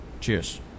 Cheers